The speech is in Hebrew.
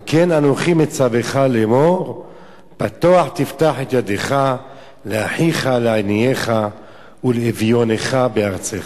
על כן אנכי מצוְך לאמר פתֹח תפתח את ידך לאחיך לעניֶך ולאביֹנך בארצך".